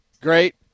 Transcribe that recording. great